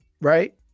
right